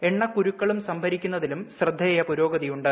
എണ്ണക്കുരുക്കളും സംഭരിക്കുന്നതിലും ശ്രദ്ധേയ പുരോഗതിയുണ്ട്